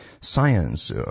science